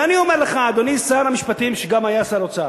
ואני אומר לך, אדוני שר המשפטים, שגם היה שר אוצר,